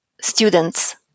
students